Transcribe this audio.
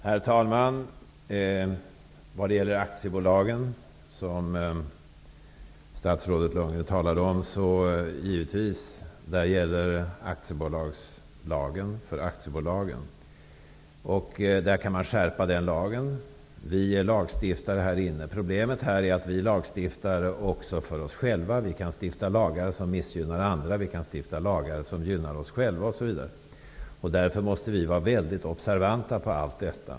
Herr talman! För aktiebolagen, som statsrådet Lundgren talade om, gäller givetvis aktiebolagslagen. Vi lagstiftare här inne kan skärpa den lagen. Problemet är att vi lagstiftare också för oss själva kan stifta lagar som missgynnar andra, lagar som gynnar oss själva osv. Därför måste vi vara mycket observanta på allt detta.